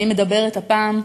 אני מדברת הפעם,